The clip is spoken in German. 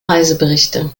reiseberichte